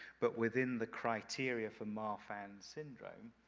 but within the criteria for marfan syndrome,